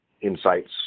insights